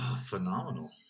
Phenomenal